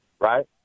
right